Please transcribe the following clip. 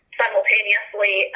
simultaneously